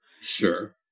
sure